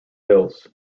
hills